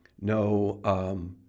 No